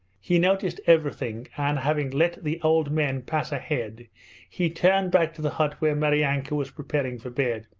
he noticed everything, and having let the old men pass ahead he turned back to the hut where maryanka was preparing for bed.